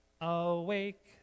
Awake